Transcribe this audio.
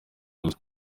gusa